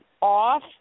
off